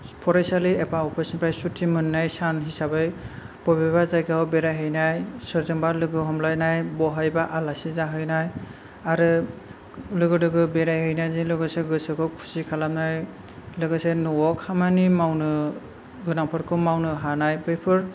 फरायसालि एबा अफिसनिफ्राय सुटि मोननाय सान हिसाबै बबेबा जायगायाव बेरायहैनाय सोरजोंबा लोगो हमलायनाय बहाबा आलासि जाहैनाय आरो लोगो दोगो बेरायहैनायजों लोगोसे गोसोखौ खुसि खालामनाय लोगोसे न'आव खामानि मावनो गोनांफोरखौ मावनो हानाय बैफोर